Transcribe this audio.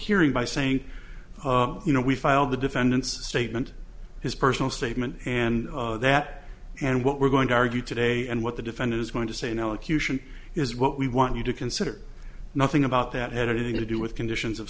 hearing by saying you know we filed the defendant's statement his personal statement and that and what we're going to argue today and what the defendant is going to say now accused is what we want you to consider nothing about that editing to do with conditions of